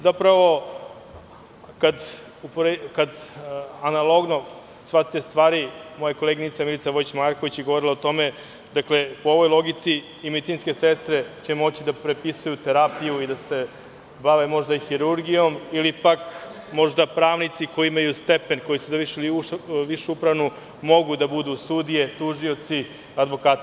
Zapravo, kada analogno shvatite stvari, moja koleginica Milica Vojić Marković je govorila o tome, po ovoj logici i medicinske sestre će moći da prepisuju terapiju i da se bave možda i hirurgijom, ili pak, možda, pravnici koji imaju stepen i koji su završili višu, mogu da budu sudije, tužioci, advokati.